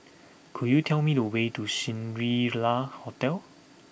could you tell me the way to Shangri La Hotel